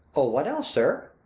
o, what else, sir?